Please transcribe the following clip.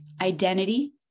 identity